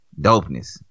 Dopeness